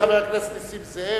חבר הכנסת נסים זאב.